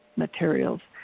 materials.